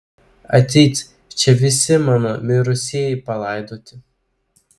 atseit čia visi mano mirusieji palaidoti